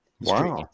Wow